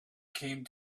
came